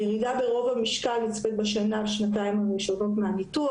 רוב הירידה במשקל נצפית בשנה-שנתיים הראשונות מהניתוח,